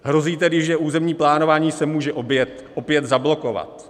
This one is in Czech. Hrozí tedy, že územní plánování se může opět zablokovat.